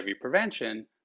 prevention